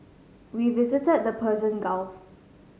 we visited the Persian Gulf